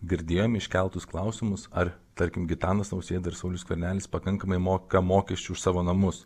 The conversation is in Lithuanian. girdėjom iškeltus klausimus ar tarkim gitanas nausėda ir saulius skvernelis pakankamai moka mokesčių už savo namus